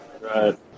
Right